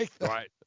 right